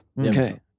Okay